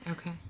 okay